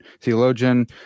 Theologian